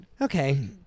Okay